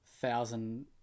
thousand